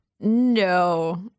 no